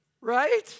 Right